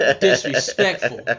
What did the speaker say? Disrespectful